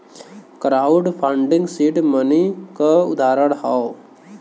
crowd funding seed money क उदाहरण हौ